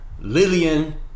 Lillian